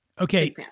Okay